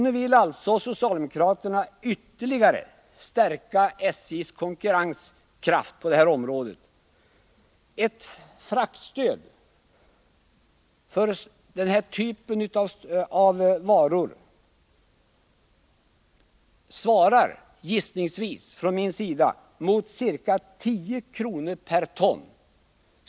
Nu vill alltså socialdemokraterna ytterligare stärka SJ:s konkurrenskraft på detta område. Ett fraktstöd för den här typen av varor svarar gissningsvis mot ca 10 kr. per ton.